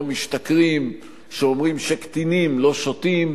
לא משתכרים, שאומרים שקטינים לא שותים.